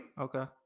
okay